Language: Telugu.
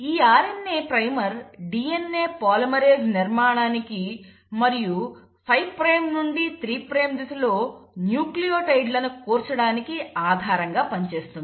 ఈ RNA ప్రైమర్ DNA పాలిమరేస్ నిర్మాణానికి మరియు 5 ప్రైమ్ నుండి 3 ప్రైమ్ దిశలో న్యూక్లియోటైడ్ లను కూర్చడానికి ఆధారంగా పనిచేస్తుంది